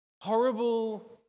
horrible